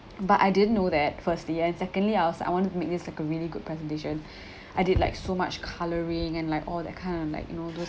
but I didn't know that firstly and secondly I was I want to make this like a really good presentation I did like so much colouring and like all that kind of like you know those